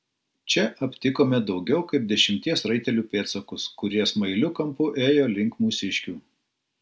čia aptikome daugiau kaip dešimties raitelių pėdsakus kurie smailiu kampu ėjo link mūsiškių